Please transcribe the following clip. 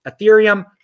Ethereum